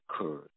occurred